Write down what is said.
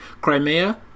Crimea